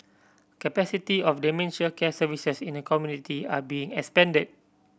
capacity of dementia care services in the community are being expanded